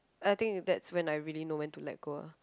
I think that's when I really know when to let go ah